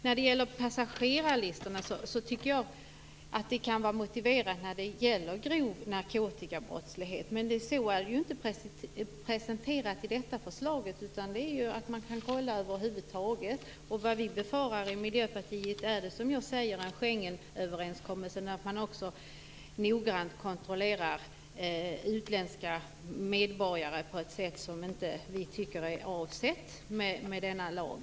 När det gäller passagerarlistorna tycker jag att det kan vara motiverat att polisen får ta del av dem när det gäller grov narkotikabrottslighet. Men så är det inte presenterat i detta förslag, utan polisen kan kontrollera över huvud taget. Vad vi i Miljöpartiet befarar är att det blir som enligt Schengenöverenskommelsen och att man noggrant kontrollerar utländska medborgare på ett sådant sätt som vi inte tycker är avsett med denna lag.